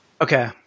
okay